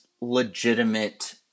legitimate